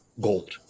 gold